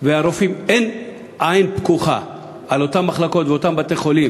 ואין עין פקוחה על אותן מחלקות ואותם בתי-חולים